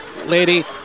lady